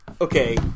Okay